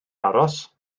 aros